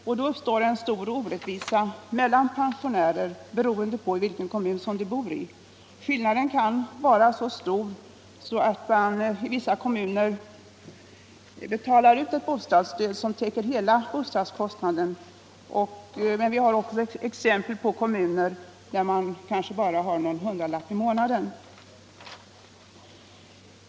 Och då uppstår en stor orättvisa mellan pensionärer, beroende på i vilken kommun de bor — skillnaden kan vara mycket stor. Medan vissa kommuner betalar ut ett bostadsstöd som täcker hela bostadskostnaden finns det också exempel på kommuner, som bara ger någon hundralapp i månaden.